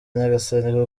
nyagasani